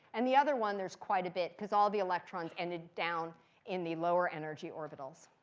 and the other one, there's quite a bit, because all the electrons ended down in the lower energy orbitals.